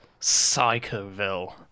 Psychoville